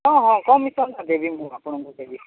ହଁ ହଁ ଲଗାଇବି ମୁଁ ଆପଣଙ୍କୁ ଦେବି